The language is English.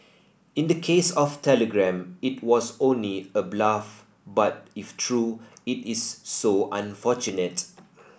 in the case of Telegram it was only a bluff but if true it is so unfortunate